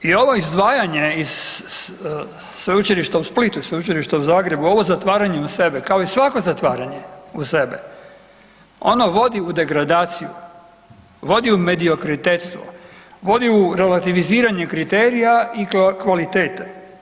I ovo izdvajanje iz Sveučilišta u Splitu, Sveučilišta u Zagrebu, ovo zatvaranje u sebe kao i svako zatvaranje u sebe ono vodi u degradaciju, vodi u mediokritetstvo, vodi u relativiziranje kriterija i kvalitete.